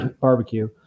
Barbecue